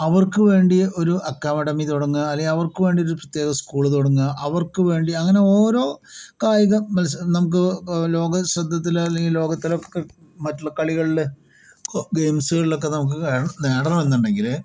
അവർക്ക് വേണ്ടി ഒരു അക്കാദമി തുടങ്ങുക അല്ലെങ്കിൽ അവർക്ക് വേണ്ടി ഒരു പ്രത്യേക സ്കൂള് തുടങ്ങുക അവർക്ക് വേണ്ടി അങ്ങനെ ഓരോ കായിക മത്സ നമുക്ക് ലോക ശ്രദ്ധത്തിൽ അല്ലെങ്കിൽ ലോകത്തിലെക്കെ മറ്റുള്ള കളികളില് ഹൊ ഗെയിംസുകളിലൊക്കെ നമുക്ക് നേടണ നേടണമെന്നുടെങ്കില്